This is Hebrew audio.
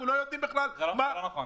אנחנו לא יודעים בכלל --- זה לא נכון.